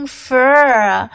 fur